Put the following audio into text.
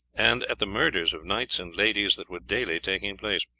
and at the murders of knights and ladies that were daily taking place.